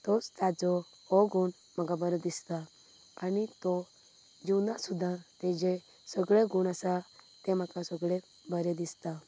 तोच ताजो हो गूण म्हाका बरो दिसता आनी तो जिवनांत सुद्दां तेजे सगळें गूण आसा तें म्हाका सगळें बरें दिसतां